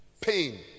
pain